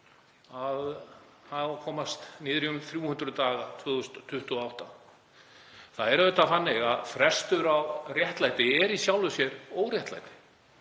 það á að komast niður í um 300 daga 2028. Það er auðvitað þannig að frestur á réttlæti er í sjálfu sér óréttlæti.